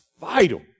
vital